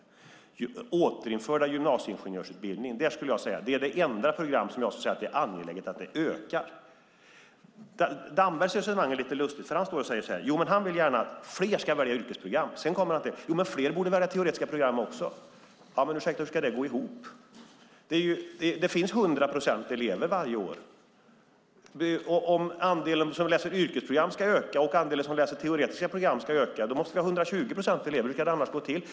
Den återinförda gymnasieingenjörsutbildningen är det enda program där det är angeläget att söktrycket ökar. Dambergs resonemang är lite lustigt. Han vill gärna att fler ska välja yrkesprogram. Sedan kommer han fram till att fler borde välja teoretiska program också. Men, ursäkta, hur ska det gå ihop? Det finns 100 procent elever varje år. Om andelen som läser yrkesprogram ska öka och andelen som läser teoretiska program ska öka måste vi ha 120 procent elever. Hur ska det annars gå till?